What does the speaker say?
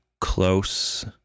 close